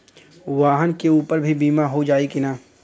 वाहन के ऊपर भी बीमा हो जाई की ना?